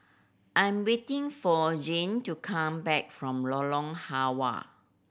I am waiting for Jann to come back from Lorong Halwa